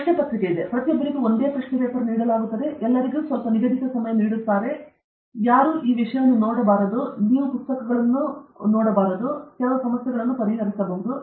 ಪ್ರಶ್ನೆ ಪತ್ರಿಕೆಯಿದೆ ಪ್ರತಿಯೊಬ್ಬರಿಗೂ ಒಂದೇ ಪ್ರಶ್ನೆ ಪೇಪರ್ ನೀಡಲಾಗಿದೆ ಎಲ್ಲರಿಗೂ ಸ್ವಲ್ಪ ಸಮಯವನ್ನು ನೀಡಲಾಗುತ್ತದೆ ಯಾರೊಬ್ಬರೂ ಈ ವಿಷಯವನ್ನು ನೋಡಬಾರದು ನೀವು ಪುಸ್ತಕಗಳನ್ನು ಮತ್ತು ಈ ವಿಷಯವನ್ನು ನೋಡಬಾರದು ಮತ್ತು ನಂತರ ನೀವು ಕೆಲವು ಸಮಸ್ಯೆಗಳನ್ನು ಪರಿಹರಿಸಬಹುದು